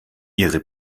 ihre